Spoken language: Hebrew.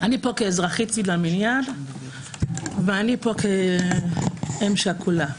אני פה כאזרחית מן המניין, ואני פה כאם שכולה.